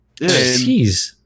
Jeez